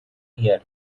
year